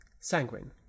sanguine